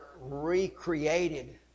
recreated